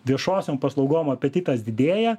viešosiom paslaugom apetitas didėja